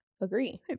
Agree